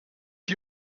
die